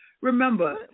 remember